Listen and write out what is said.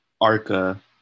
Arca